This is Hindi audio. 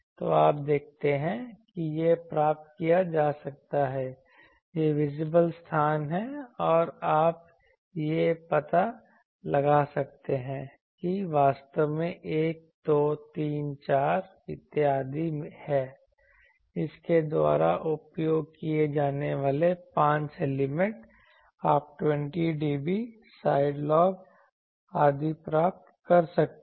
तो आप देखते हैं कि यह प्राप्त किया जा सकता है यह विजिबल स्थान है और आप यह पता लगा सकते हैं कि वास्तव में 1 2 3 4 इत्यादि हैं इसके द्वारा उपयोग किए जाने वाले 5 एलिमेंट आप 20dB साइड लॉब आदि प्राप्त कर सकते हैं